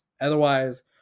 Otherwise